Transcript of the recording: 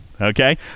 okay